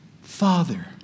Father